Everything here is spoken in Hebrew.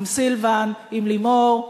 עם סילבן, עם לימור?